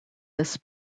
this